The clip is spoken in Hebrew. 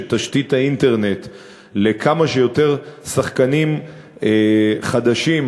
וזו בעצם מהות הצעת החוק המונחת